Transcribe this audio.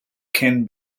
can